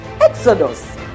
Exodus